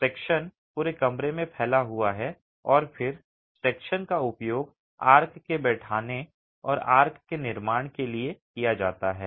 I section पूरे कमरे में फैला हुआ है और फिर I सेक्शन का उपयोग आर्क के बैठने और आर्क के निर्माण के लिए किया जाता है